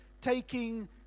taking